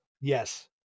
Yes